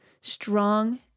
strong